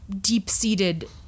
deep-seated